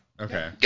Okay